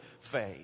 faith